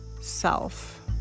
self